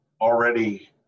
already